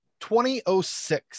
2006